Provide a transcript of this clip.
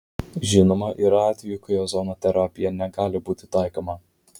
žinoma yra atvejų kai ozono terapija negali būti taikoma